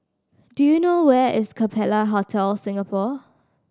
do you know where is Capella Hotel Singapore